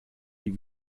die